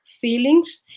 feelings